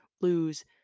lose